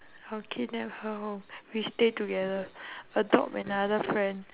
I will kidnap her home we stay together adopt another friend